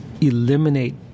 eliminate